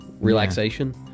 relaxation